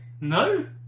no